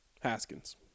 Haskins